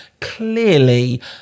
clearly